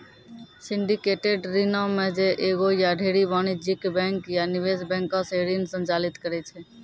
syndicated ऋणो मे जे एगो या ढेरी वाणिज्यिक बैंक या निवेश बैंको से ऋण संचालित करै छै